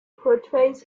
portrays